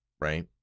right